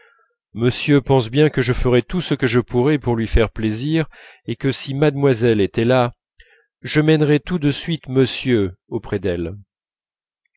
monsieur pense bien que je ferais tout ce que je pourrais pour lui faire plaisir et que si mademoiselle était là je mènerais tout de suite monsieur auprès d'elle